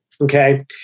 Okay